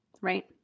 Right